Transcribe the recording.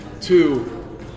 two